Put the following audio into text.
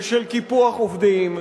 של קיפוח עובדים,